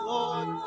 Lord